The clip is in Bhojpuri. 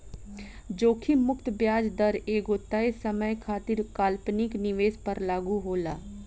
जोखिम मुक्त ब्याज दर एगो तय समय खातिर काल्पनिक निवेश पर लागू होला